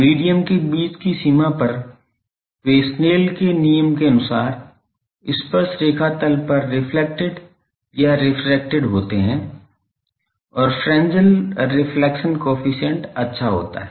medium के बीच की सीमा पर वे स्नेल के नियम के अनुसार स्पर्शरेखा तल पर रिफ्लेक्टेड या रिफ्रेक्टेड होते हैं और फ़्रेज़नल रिफ्लेक्शन कोएफ़िशिएंट अच्छा होता है